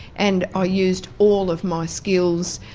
and i used all of my skills.